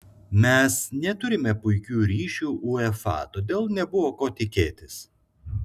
mes neturime puikių ryšių uefa todėl nebuvo ko tikėtis